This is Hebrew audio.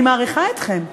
אני מעריכה אתכם,